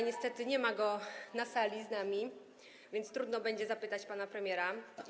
Niestety nie ma go z nami na sali, więc trudno będzie zapytać pana premiera.